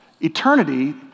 Eternity